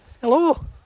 hello